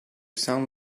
sound